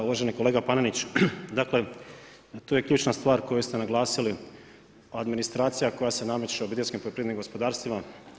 Uvaženi kolega Panenić, dakle to je ključna stvar koju ste naglasili, administracija koja se nameće obiteljskim poljoprivrednim gospodarstvima.